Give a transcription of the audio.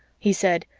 he said,